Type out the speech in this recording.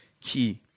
key